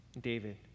David